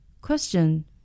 Question